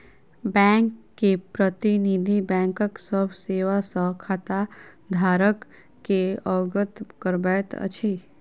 bank के प्रतिनिधि, बैंकक सभ सेवा सॅ खाताधारक के अवगत करबैत अछि